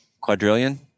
quadrillion